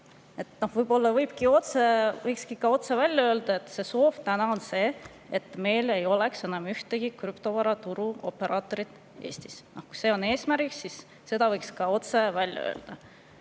Võib-olla võikski otse välja öelda, et täna on soov see, et meil ei oleks enam ühtegi krüptovaraturuoperaatorit Eestis. Kui see on eesmärk, siis selle võiks ka otse välja öelda.